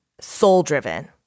soul-driven